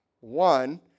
One